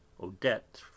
Odette